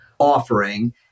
Offering